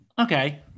okay